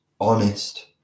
honest